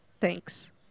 Thanks